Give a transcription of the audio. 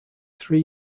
three